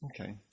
Okay